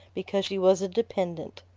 because she was a dependent.